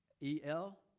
E-L